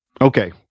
Okay